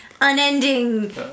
unending